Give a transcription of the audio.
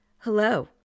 Hello